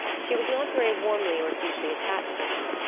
she was not very warmly or deeply attached to him,